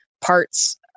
parts